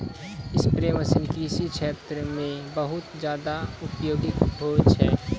spray machine कृषि क्षेत्र म बहुत जादा उपयोगी होय छै